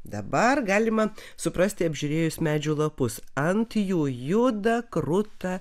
dabar galima suprasti apžiūrėjus medžių lapus ant jų juda kruta